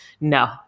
no